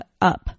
up